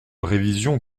révision